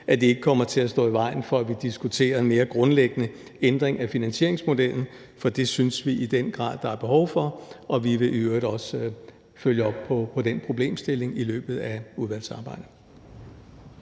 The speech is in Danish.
vi skal have omkring handicapområdets fremtid, diskuterer en mere grundlæggende ændring af finansieringsmodellen, for det synes vi i den grad der er behov for, og vi vil i øvrigt også følge op på den problemstilling i løbet af udvalgsarbejdet.